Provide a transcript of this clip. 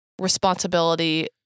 responsibility